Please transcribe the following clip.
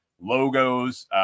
logos